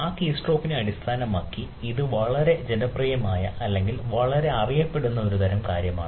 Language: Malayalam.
ആ കീസ്ട്രോക്കിനെ അടിസ്ഥാനമാക്കി ഇത് വളരെ ജനപ്രിയമായ അല്ലെങ്കിൽ വളരെ അറിയപ്പെടുന്ന ഒരു തരം കാര്യമാണ്